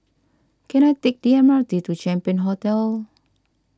can I take the M R T to Champion Hotel